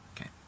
Okay